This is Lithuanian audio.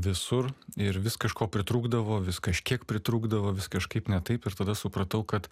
visur ir vis kažko pritrūkdavo vis kažkiek pritrūkdavo vis kažkaip ne taip ir tada supratau kad